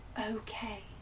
Okay